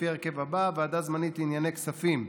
לפי ההרכב הזה: ועדה זמנית לענייני כספים: